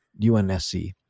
UNSC